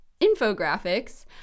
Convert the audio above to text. infographics